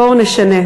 בואו נשנה.